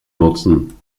nutzen